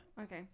Okay